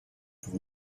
pour